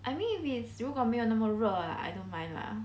I mean if it's 如果没有那么热 I don't mind lah